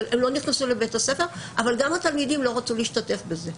הן לא נכנסו לבית הספר וגם התלמידים לא רצו להשתתף בזה.